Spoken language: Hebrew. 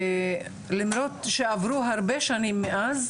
ולמרות שעברו הרבה שנים מאז,